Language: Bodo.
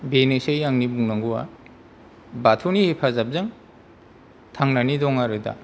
बेनोसै आंनि बुंनांगौवा बाथौनि हेेफाजाबजों थांनानै दं आरो दा